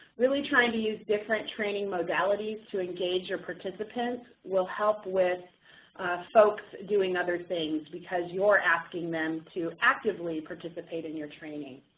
really trying to use different training modalities to engage your participants will help with folks doing other things because you're asking them to actively participate in your training.